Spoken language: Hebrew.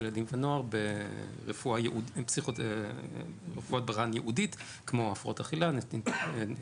ילדים ונוער ברפואה ייעודית כמו הפרעות אכילה --- אודי,